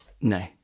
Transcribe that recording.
No